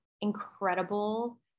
incredible